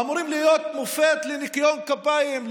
אמורים להיות מופת לניקיון כפיים,